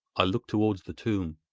i looked towards the tomb.